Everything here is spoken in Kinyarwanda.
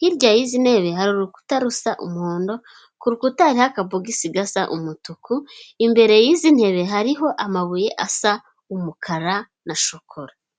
hirya y'izi ntebe hari urukuta rusa umuhondo, ku rukuta hariho akabogisi gasa umutuku, imbere yi'izi ntebe hariho amabuye asa umukara na shokora.